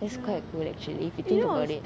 that's quite cool actually if you think about it